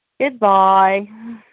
goodbye